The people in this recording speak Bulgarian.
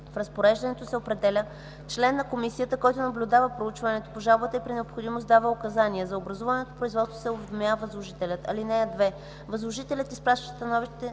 В разпореждането се определя член на комисията, който наблюдава проучването по жалбата и при необходимост дава указания. За образуваното производство се уведомява възложителят. (2) Възложителят изпраща становище